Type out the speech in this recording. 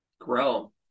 grow